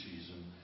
season